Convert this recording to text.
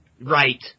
Right